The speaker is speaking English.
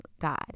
God